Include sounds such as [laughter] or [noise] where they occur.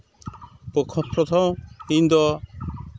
[unintelligible] ᱤᱧᱫᱚ